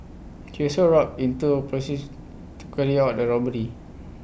he also roped in two to carry out the robbery